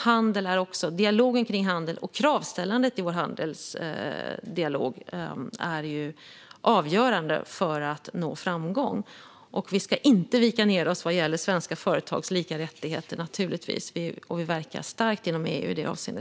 Handel och dialogen kring handel och kravställandet i vår handelsdialog är avgörande för att nå framgång. Vi ska naturligtvis inte vika ned oss vad gäller svenska företags lika rättigheter. Vi verkar starkt genom EU i detta avseende.